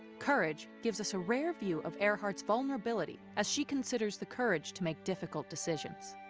courage gives us a rare view of earhart's vulnerability as she considers the courage to make difficult decisions.